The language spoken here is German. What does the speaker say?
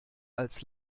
als